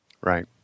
Right